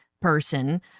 person